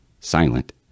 silent